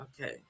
Okay